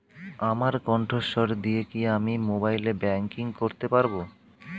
আমার কন্ঠস্বর দিয়ে কি আমি মোবাইলে ব্যাংকিং করতে পারবো?